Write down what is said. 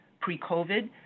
pre-COVID